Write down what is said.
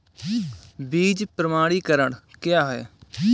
बीज प्रमाणीकरण क्या है?